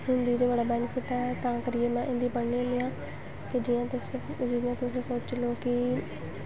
हिन्दी च बड़ा बैनिफिट ऐ तां करियै में हिन्दी पढ़नी होन्नी आं कि जियां तुस जियां तुस सोची लैओ कि